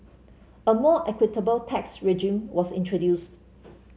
a more equitable tax regime was introduced